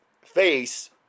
face